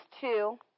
two